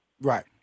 Right